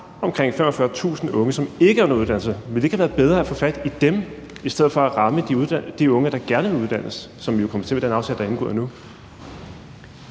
omkring 45.000 unge, der ikke har nogen uddannelse. Ville det ikke have været bedre at få fat i dem i stedet for at ramme de unge, der gerne vil uddannes, som vi jo vil komme til med den aftale, der er indgået? Kl.